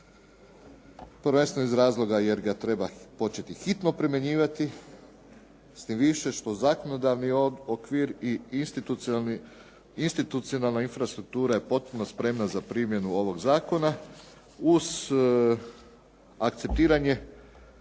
prvenstveno iz razloga jer ga treba početi hitno primjenjivati, s tim više što zakonodavni okvir i institucionalna infrastruktura je potpuno spremna za primjenu ovog zakona, uz akceptiranje